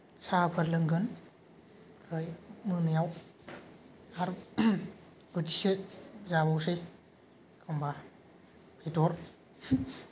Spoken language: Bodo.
साहाफोर लोंगोन ओमफ्राय मोनायाव आरो बोथिसे जाबावसै एखम्बा बेदर